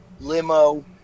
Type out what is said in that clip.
limo